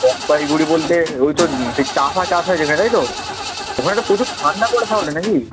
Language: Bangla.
জলপাইগুড়ি বলতে ওই তো সেই চা ফা চাষ হয় যেখানে তাই তো ওখানে তো প্রচুর ঠান্ডা পড়ে তাহলে না কি